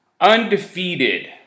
undefeated